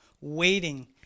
waiting